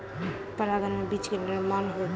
परागन में बीज के निर्माण होइत अछि